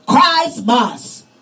Christmas